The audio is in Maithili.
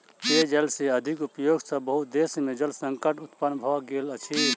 पेयजल के अधिक उपयोग सॅ बहुत देश में जल संकट उत्पन्न भ गेल अछि